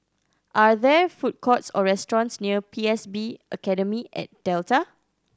are there food courts or restaurants near P S B Academy at Delta